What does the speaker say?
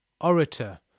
Orator